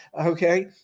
Okay